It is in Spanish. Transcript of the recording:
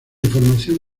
información